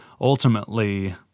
Ultimately